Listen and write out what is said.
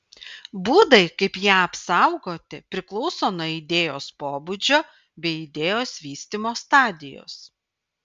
būdai kaip ją apsaugoti priklauso nuo idėjos pobūdžio bei idėjos vystymo stadijos